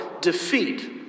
defeat